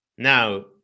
Now